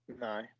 No